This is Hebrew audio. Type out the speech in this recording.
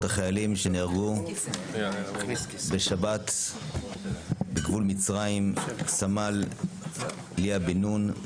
החיילים שנהרגו בשבת בגבול מצרים: סמל ליה בן נון,